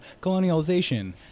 colonialization